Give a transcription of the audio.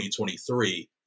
2023